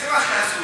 זה מה שהזוי.